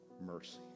Mercy